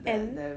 and